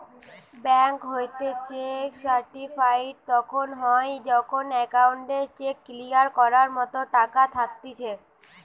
bank হইতে cheque certified তখন হয় যখন অ্যাকাউন্টে চেক ক্লিয়ার করার মতো টাকা থাকতিছে